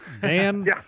Dan